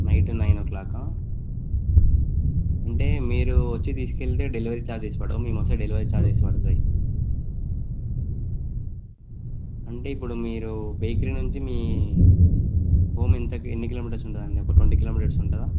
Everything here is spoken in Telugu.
నైట్ నైన్ ఓ క్లాకా అంటే మీరు వచ్చి తీసుకెళ్తే డెలివరీ ఛార్జెస్ పడవు మమోస్తే డెలివరీ ఛార్జెస్ పడతాయి అంటే ఇప్పుడు మీరు బేకరీ నుంచి మీ హోమ్ ఎంత ఎన్ని కిలోమీటర్స్ ఉంటుందండి ఒక ట్వంటీ కిలోమీటర్స్ ఉంటుందా